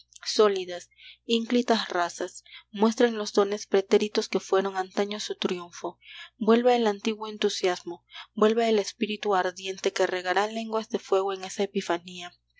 sólidas ínclitas razas muestren los dones pretéritos que fueron antaño su triunfo vuelva el antiguo entusiasmo vuelva el espíritu ardiente que regará lenguas de fuego en esa epifanía